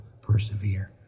persevere